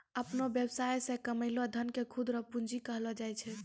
अपनो वेवसाय से कमैलो धन के खुद रो पूंजी कहलो जाय छै